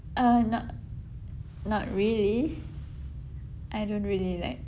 uh not not really I don't really like